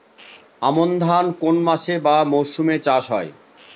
আমন ধান কোন মাসে বা মরশুমে চাষ হয়?